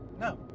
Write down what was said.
No